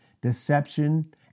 deception